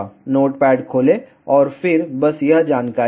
notepad खोलें और फिर बस यह जानकारी दें